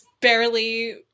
barely